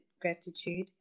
gratitude